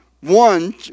One